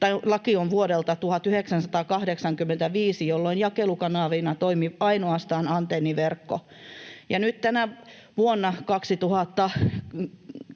laki on vuodelta 1985, jolloin jakelukanavana toimi ainoastaan antenniverkko, ja nyt tänä vuonna